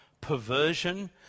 perversion